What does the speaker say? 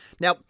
Now